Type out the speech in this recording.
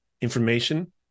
information